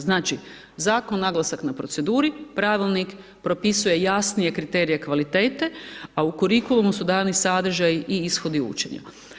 Znači zakon naglasak na proceduri, pravilnik propisuje jasnije kriterije kvalitete a u kurikulumu su dani sadržaji i ishodi učenja.